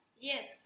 Yes